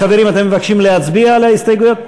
חברים, אתם מבקשים להצביע על ההסתייגויות?